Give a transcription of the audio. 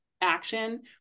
action